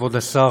כבוד השר,